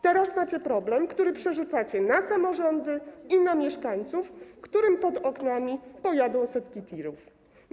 Teraz macie problem, który przerzucacie na samorządy i na mieszkańców, którym pod oknami pojadą setki TIR-ów.